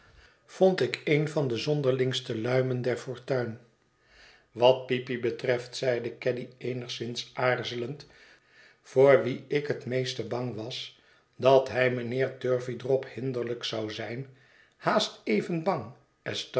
vond ik een van de zonderlingste luimen der fortuin wat peepy betreft zeide caddy eenigszins aarzelend voor wien ik het meeste bang was dat hij mijnheer turveydrop hinderlijk zou zijn haast even bang